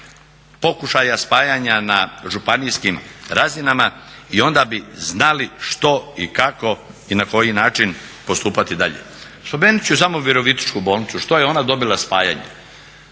pokušaja spajanja na županijskim razinama i onda bi znali što i kako i na koji način postupati dalje. Spomenut ću samo Virovitičku bolnicu što je ona dobila spajanjem.